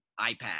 iPad